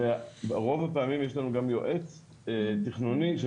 ורוב הפעמים יש לנו גם יועץ תכנוני של